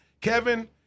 Kevin